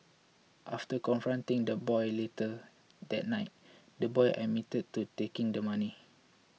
after confronting the boy later that night the boy admitted to taking the money